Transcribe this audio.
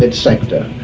ah sector,